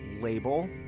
label